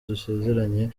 dusezeranye